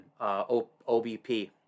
OBP